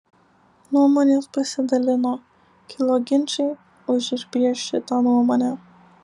nuomonės pasidalino kilo ginčai už ir prieš šitą nuomonę